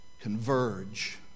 converge